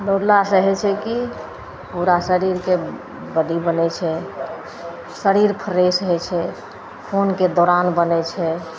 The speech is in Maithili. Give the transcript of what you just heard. दौड़लासे होइ छै कि पूरा शरीरके बॉडी बनै छै शरीर फ्रेश होइ छै खूनके दौरान बनै छै